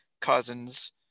Cousins